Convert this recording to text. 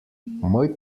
moj